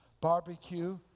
Barbecue